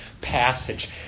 passage